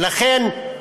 ולכן,